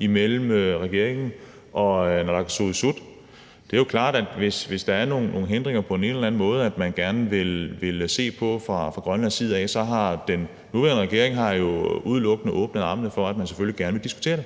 mellem regeringen og naalakkersuisut. Det er jo klart, at hvis der er nogle hindringer på den ene eller den anden måde, som man gerne vil se på fra Grønlands side, så har den nuværende regering jo udelukkende åbne arme, i forhold til at man selvfølgelig gerne vil diskutere det.